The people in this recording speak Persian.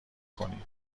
کنی